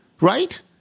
right